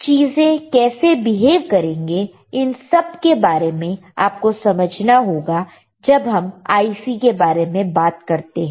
चीजें कैसे बिहेव करेंगे इन सब के बारे में आप को समझना होगा जब हम IC के बारे में बात करते हैं